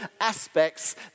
aspects